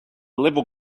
level